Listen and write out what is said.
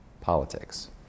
politics